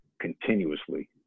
continuously